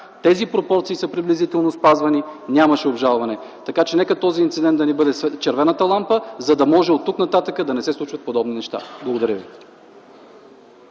тези пропорции са приблизително спазвани, нямаше обжалване. Така че, нека този инцидент да ни бъде червената лампа, за да може оттук-нататък да не се случват подобни неща. Благодаря ви.